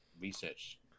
research